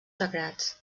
sagrats